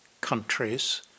countries